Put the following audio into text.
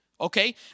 okay